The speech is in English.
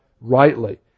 rightly